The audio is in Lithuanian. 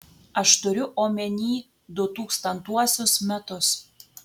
aš turiu omeny du tūkstantuosius metus